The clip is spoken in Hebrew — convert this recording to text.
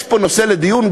יש פה נושא לדיון,